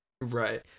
Right